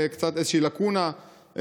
איזושהי לקונה,